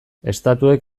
estatuek